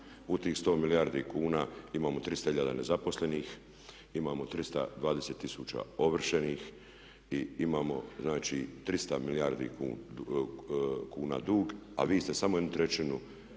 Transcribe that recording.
U tih 100 milijardi kuna imamo 300 hiljada nezaposlenih, imamo 320 tisuća ovršenih i imamo znači 300 milijardi kuna dug, a vi ste samo 1/3.